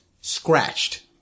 scratched